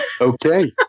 okay